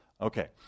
Okay